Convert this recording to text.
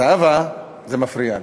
זהבה, זה מפריע לי.